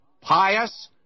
pious